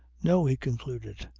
no, he concluded,